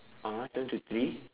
(uh huh) seven to three